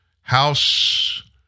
House